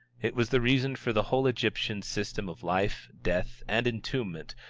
it was the reason for the whole egyptian system of life, death, and entombment,